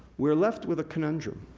we're left with a conundrum.